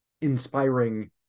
inspiring